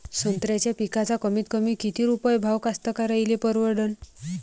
संत्र्याचा पिकाचा कमीतकमी किती रुपये भाव कास्तकाराइले परवडन?